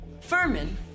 Furman